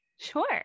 Sure